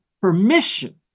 permission